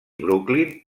brooklyn